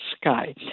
sky